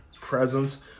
presence